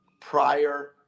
prior